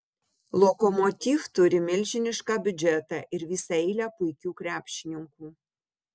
lokomotiv turi milžinišką biudžetą ir visą eilę puikių krepšininkų